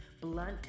blunt